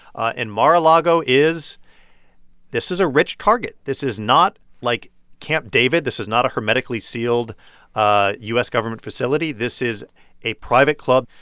and mar-a-lago is this is a rich target. this is not like camp david. this is not a hermetically sealed ah u s. government facility. this is a private club.